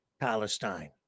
Palestine